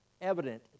evident